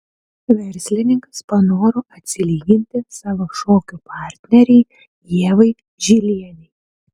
verslininkas panoro atsilyginti savo šokių partnerei ievai žilienei